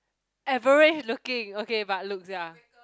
average looking okay but look ya